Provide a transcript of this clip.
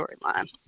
storyline